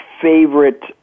favorite